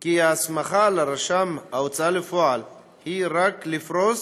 כי ההסמכה לרשם ההוצאה לפועל היא רק לפרוס